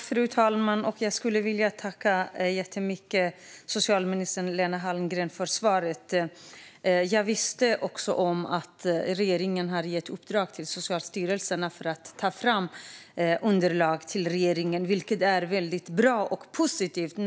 Fru talman! Jag vill tacka socialminister Lena Hallengren så mycket för svaret. Jag visste att regeringen har gett Socialstyrelsen i uppdrag att ta fram underlag till regeringen. Det är väldigt bra och positivt.